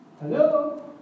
Hello